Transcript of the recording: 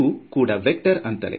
ಇದೂ ಕೂಡ ವೇಕ್ಟರ್ ಅಂತಲೇ